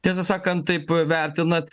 tiesą sakant taip vertinat